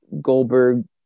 Goldberg